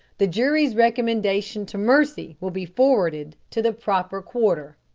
the jury's recommendation to mercy will be forwarded to the proper quarter.